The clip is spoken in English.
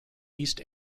east